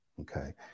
okay